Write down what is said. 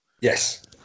Yes